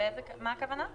מה הכוונה?